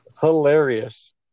Hilarious